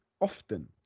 often